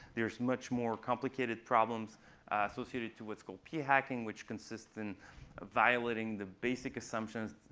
there's much more complicated problems associated to what's called p-hacking, which consists and of violating the basic assumptions,